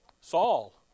Saul